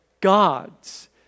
God's